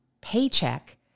paycheck